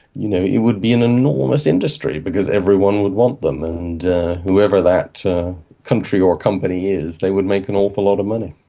you know it would be an enormous industry because everyone would want them. and whoever that country or company is, they would make an awful lot of money.